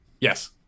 Yes